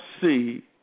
see